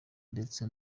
ndetse